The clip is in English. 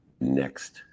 next